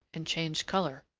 and changed colour.